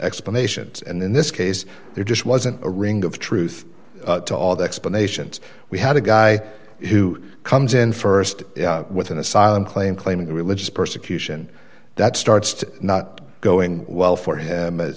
explanations and in this case there just wasn't a ring of truth to all the explanations we had a guy who comes in st with an asylum claim claiming religious persecution that starts to not going well for him as